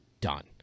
done